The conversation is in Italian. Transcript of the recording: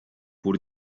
pur